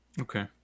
okay